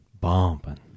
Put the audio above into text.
Bumping